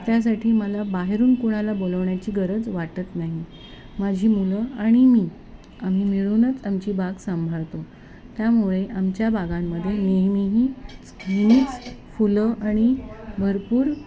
त्यासाठी मला बाहेरून कुणाला बोलावण्याची गरज वाटत नाही माझी मुलं आणि मी आम्ही मिळूनच आमची बाग सांभाळतो त्यामुळे आमच्या बागांमध्ये नेहमीही फुलं आणि भरपूर